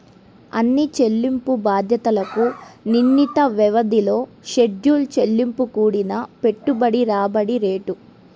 అన్ని చెల్లింపు బాధ్యతలకు నిర్ణీత వ్యవధిలో షెడ్యూల్ చెల్లింపు కూడిన పెట్టుబడి రాబడి రేటు